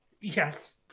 Yes